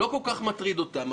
זה לא כל כך מטריד אותם.